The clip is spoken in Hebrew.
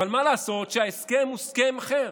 אבל מה לעשות שההסכם הוא הסכם אחר?